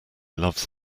loves